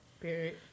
Period